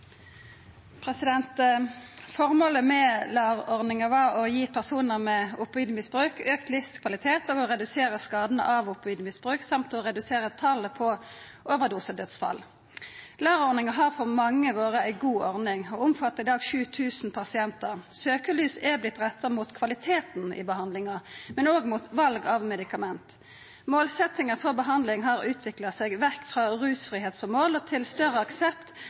Formålet med LAR-ordninga var å gi personar med opoidmisbruk auka livskvalitet, å redusera skadane av opoidmisbruk og å redusera talet på overdosedødsfall. LAR-ordninga har for mange vore ei god ordning og omfattar i dag 7 000 pasientar. Søkjelyset har vorte retta mot kvaliteten i behandlinga, men òg mot val av medikament. Målsetjinga for behandling har utvikla seg vekk frå det å vera rusfri som mål til større